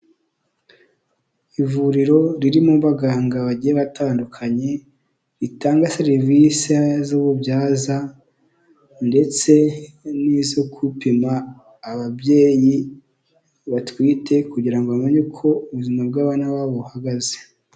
Ivuriro ririmo abaganga bagiye batandukanye ritanga serivisi z'ububyaza ndetse n'izo gupima ababyeyi batwite kugira ngo bamenye uko ubuzima bw'abana babo buhagaze.